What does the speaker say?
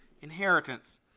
inheritance